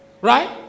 Right